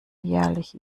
jährlich